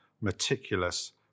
meticulous